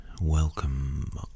welcome